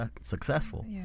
successful